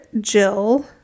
Jill